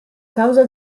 causa